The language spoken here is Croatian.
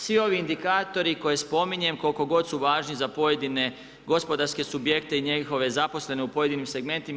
Svi ovi indikatori koje spominjem koliko god su važni za pojedine gospodarske subjekte i njihove zaposlene u pojedinim segmentima.